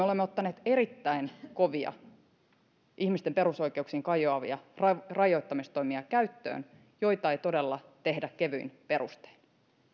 olemme ottaneet käyttöön erittäin kovia ihmisten perusoikeuksiin kajoavia rajoittamistoimia joita ei todella tehdä kevyin perustein